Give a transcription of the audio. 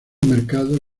mercados